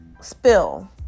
spill